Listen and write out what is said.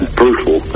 brutal